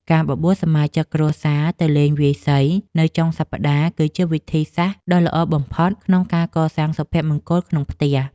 ការបបួលសមាជិកគ្រួសារទៅលេងវាយសីនៅចុងសប្តាហ៍ គឺជាវិធីដ៏ល្អបំផុតក្នុងការកសាងសុភមង្គលក្នុងផ្ទះ។